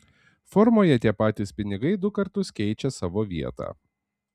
formoje tie patys pinigai du kartus keičia savo vietą